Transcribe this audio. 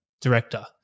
director